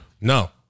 No